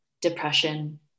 depression